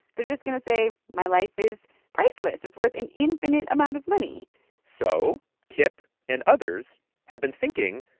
they're just going to say, my life is priceless. it's worth an infinite amount of money so kip and others had been thinking,